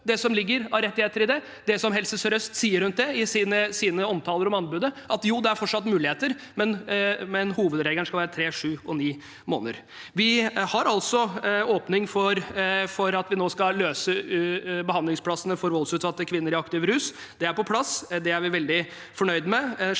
det som ligger inne av rettigheter, og det Helse sør-øst sier om det i sine omtaler av anbudet: at det fortsatt er muligheter, men at hovedregelen skal være tre, sju og ni måneder. Vi har altså åpning for at vi nå skal løse det med behandlingsplasser for voldsutsatte kvinner i aktiv rus. Det er på plass, og det er vi veldig fornøyd med,